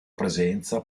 presenza